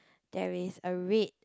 there is a red